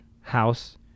house